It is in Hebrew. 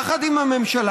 יחד עם הממשלה,